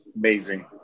amazing